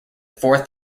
four